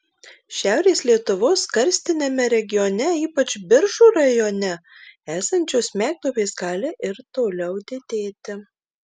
šiaurės lietuvos karstiniame regione ypač biržų rajone esančios smegduobės gali ir toliau didėti